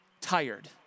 tired